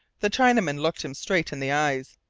the chinaman looked him straight in the eyes.